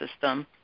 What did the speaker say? system